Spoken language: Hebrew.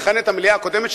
מכהנים המליאה הקודמת,